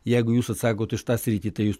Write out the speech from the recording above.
jeigu jūs atsakot už tą sritį tai jūs